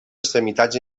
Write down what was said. extremitats